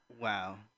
Wow